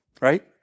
right